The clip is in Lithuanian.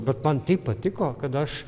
bet man taip patiko kad aš